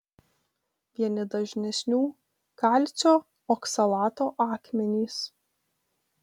vieni dažnesnių kalcio oksalato akmenys